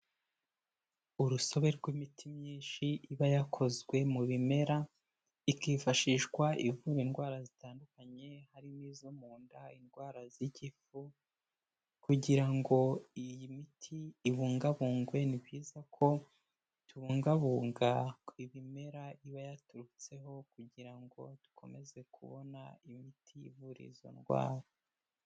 Urusobe rw'imiti myinshi iba yakozwe mu bimera, ikifashishwa ivura indwara zitandukanye, harimo izo mu nda, indwara z'igifu, kugira ngo iyi miti ibungabungwe, ni byiza ko tubungabunga ibimera iba yaturutseho, kugira ngo dukomeze kubona imiti ivura izo ndwara.